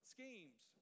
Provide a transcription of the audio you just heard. Schemes